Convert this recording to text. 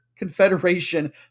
Confederation